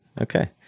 Okay